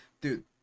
dude